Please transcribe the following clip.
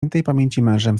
mężem